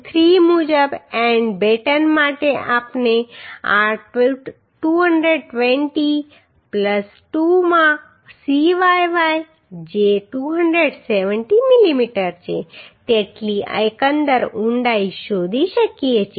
3 મુજબ એન્ડ બેટન માટે આપણે આ 220 2 માં cyy જે 270 mm છે તેટલી એકંદર ઊંડાઈ શોધી શકીએ છીએ